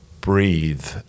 breathe